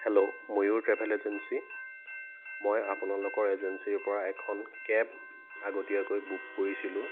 hello Mayur travel agency মই আপোনালোকৰ এজেঞ্চীৰপৰা এখন কেব আগতীয়াকৈ বুক কৰিছিলোঁ